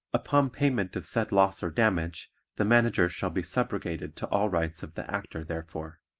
upon payment of said loss or damage the manager shall be subrogated to all rights of the actor therefor.